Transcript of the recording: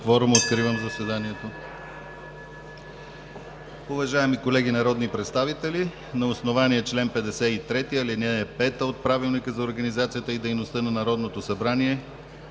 кворум. Откривам заседанието. (Звъни.) Уважаеми колеги народни представители, на основание чл. 53, ал. 5 от Правилника за организацията и дейността на Народното събрание